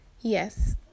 Yes